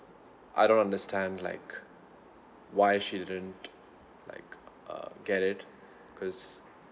I don't understand like why she didn't like uh get it because